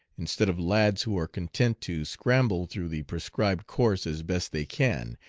instead of lads who are content to scramble through the prescribed course as best they can,